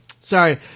Sorry